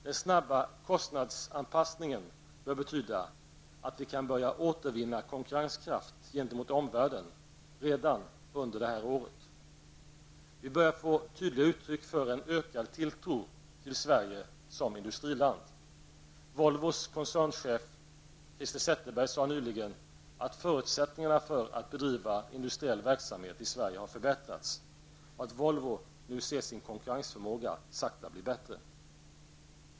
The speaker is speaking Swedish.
Den snabba kostnadsanpassningen bör betyda att vi kan börja återvinna konkurrenskraft gentemot omvärlden redan under det här året. Vi börjar få tydliga uttryck för en ökad tilltro till Sverige som industriland. Volvos koncernchef Christer Zetterberg sade nyligen att förutsättningarna för att bedriva industriell verksamhet i Sverige har förbättrats och att Volvo nu ser sin konkurrensförmåga sakta bli bättre.